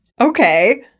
Okay